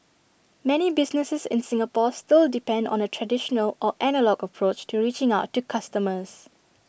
many businesses in Singapore still depend on A traditional or analogue approach to reaching out to customers